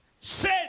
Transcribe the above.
Say